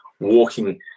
walking